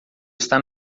está